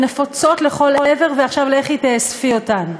נפוצות לכל עבר ועכשיו לכי תאספי אותן,